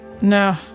No